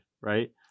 right